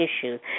issues